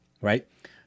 right